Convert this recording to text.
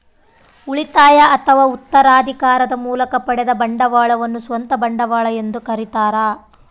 ಉಳಿತಾಯ ಅಥವಾ ಉತ್ತರಾಧಿಕಾರದ ಮೂಲಕ ಪಡೆದ ಬಂಡವಾಳವನ್ನು ಸ್ವಂತ ಬಂಡವಾಳ ಎಂದು ಕರೀತಾರ